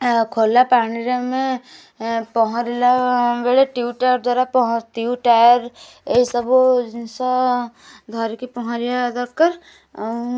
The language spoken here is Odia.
ଆଉ ଖୋଲା ପାଣିରେ ଆମେ ପହଁରିଲା ବେଳେ ଟ୍ୟୁବ୍ ଟାୟାର ଦ୍ୱାରା ପହଁରି ଟ୍ୟୁବ୍ ଟାୟାର ଏଇ ସବୁ ଜିନଷ ଧରିକି ପହଁରିବା ଦରକାର ଆଉ